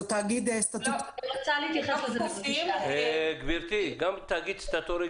זה תאגיד סטטוטורי --- גם תאגיד סטטוטורי,